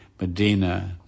Medina